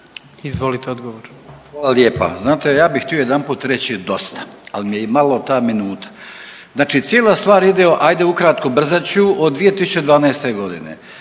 Gordan (HDZ)** Hvala lijepa. Znate ja bih htio jedanput reći dosta, ali mi je i malo ta minuta. Znači cijela stvar ide ajde ukratko brzat ću, od 2012. godine,